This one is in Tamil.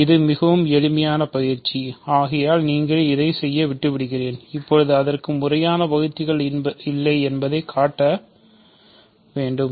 இது மிகவும் எளிமையான பயிற்சி ஆகையால் இதை நீங்கள் செய்ய விட்டுவிடுவேன் இப்போது அதற்கு முறையான வகுத்திகள் இல்லை என்பதைக் காட்ட வேண்டும்